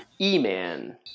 E-Man